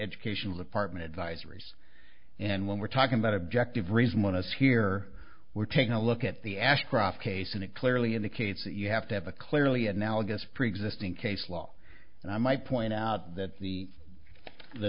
educational department advisories and when we're talking about objective reason one is here we're taking a look at the ashcroft case and it clearly indicates that you have to have a clearly analogous preexisting case law and i might point out that the the